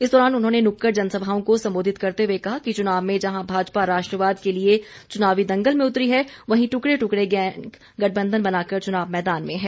इस दौरान उन्होंने नुक्कड़ जनसभाओं को सम्बोधित करते हुए कहा कि चुनाव में जहां भाजपा राष्ट्रवाद के लिए चुनावी दंगल में उतरी है वहीं ट्कड़े ट्कड़े गैंग गठबंधन बनाकर चुनाव मैदान में है